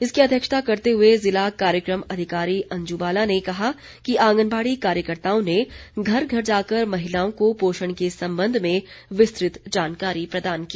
इसकी अध्यक्षता करते हुए जिला कार्यक्रम अधिकारी अंजू बाला ने कहा कि आंगनबाड़ी कार्यकर्ताओं ने घर घर जाकर महिलाओं को पोषण के संबंध में विस्तृत जानकारी प्रदान की